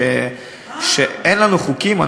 שאין לנו חוקים?